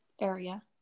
area